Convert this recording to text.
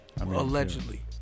Allegedly